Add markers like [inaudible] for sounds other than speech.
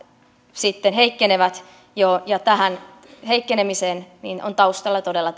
sitten heikkenevät jo ja tähän heikkenemiseen ovat taustalla todella [unintelligible]